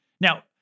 Now